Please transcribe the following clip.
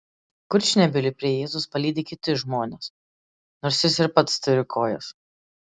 kurčnebylį prie jėzaus palydi kiti žmonės nors jis ir pats turi kojas